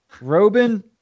Robin